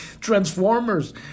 Transformers